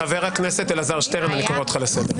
חבר הכנסת אלעזר שטרן, אני קורא אותך לסדר.